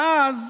ואז